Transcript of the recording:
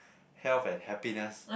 health and happiness